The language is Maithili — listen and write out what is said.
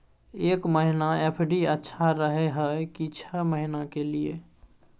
एक महीना एफ.डी अच्छा रहय हय की छः महीना के लिए?